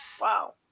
Wow